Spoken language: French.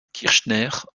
kirchner